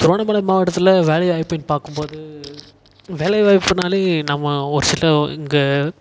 திருவண்ணாமலை மாவட்டத்தில் வேலைவாய்ப்புன் பார்க்கும்போது வேலைவாய்ப்புனாலே நம்ம ஒருசில இங்கே